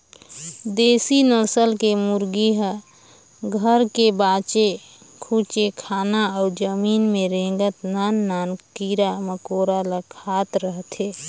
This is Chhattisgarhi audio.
देसी नसल के मुरगी ह घर के बाचे खुचे खाना अउ जमीन में रेंगत नान नान कीरा मकोरा ल खात रहथे